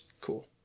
cool